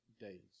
days